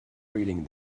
reading